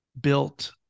built